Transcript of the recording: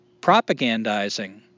propagandizing